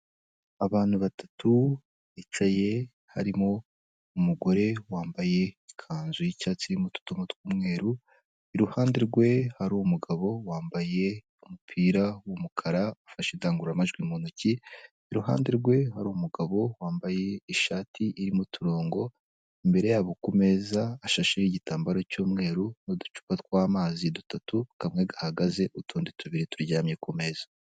Abantu batatu bicaye harimo umugore wambaye ikanzu y'icyatsi irimo utubara tw'umweru iruhande rwe hari umugabo wambaye umupira wumukara ufashe idangururamajwi mu ntoki , iruhande rwe hari umugabo wambaye ishati irimo uturongo, imbere yabo kumeza hashashe ho igitambaro cy'umweru n'ducupa tw'amazi dutatu kamwe gahagaze utundi tubiri turyamye kumeza.